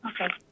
Okay